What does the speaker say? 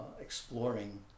exploring